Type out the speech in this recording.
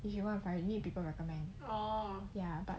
if you want to find you need people recommend ya but